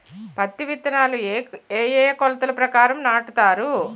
పత్తి విత్తనాలు ఏ ఏ కొలతల ప్రకారం నాటుతారు?